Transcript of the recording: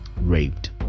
raped